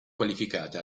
qualificate